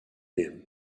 him